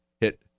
hit